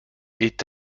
est